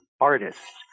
artists